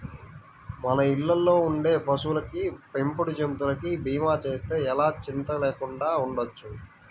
మన ఇళ్ళల్లో ఉండే పశువులకి, పెంపుడు జంతువులకి భీమా చేస్తే ఎలా చింతా లేకుండా ఉండొచ్చు